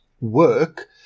work